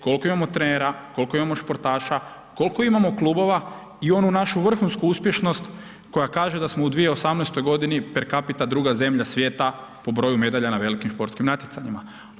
Koliko imamo trenera, koliko imamo športaša, koliko imamo klubova i onu našu vrhunsku uspješnost koja kaže da smo u 2018. g. per capita druga zemlja svijeta po broju medalja na velikim športskim natjecanjima.